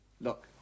Look